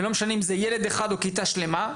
ולא משנה אם זה ילד אחד או כיתה שלמה,